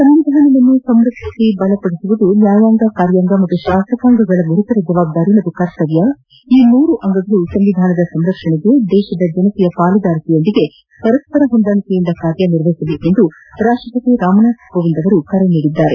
ಸಂವಿಧಾನವನ್ನು ಸಂರಕ್ಷಿಸಿ ಬಲಪಡಿಸುವುದು ನ್ಯಾಯಾಂಗ ಕಾರ್ಯಾಂಗ ಮತ್ತು ಶಾಸಕಾಂಗದ ಗುರುತರ ಜವಾಬ್ದಾರಿ ಮತ್ತು ಕರ್ತವ್ಹ ಈ ಮೂರು ಅಂಗಗಳು ಸಂವಿಧಾನ ಸಂರಕ್ಷಣೆಗೆ ದೇಶದ ಜನತೆಯ ಪಾಲುದಾರಿಕೆಯೊಂದಿಗೆ ಪರಸ್ಪರ ಹೊಂದಾಣಿಕೆಯಿಂದ ಕಾರ್ಯ ನಿರ್ವಹಿಸಬೇಕು ಎಂದು ರಾಷ್ಷಪತಿ ರಾಮನಾಥ್ ಕೋವಿಂದ್ ಕರೆ ನೀಡಿದ್ದಾರೆ